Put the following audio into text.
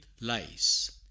lies